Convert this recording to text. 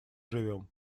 живем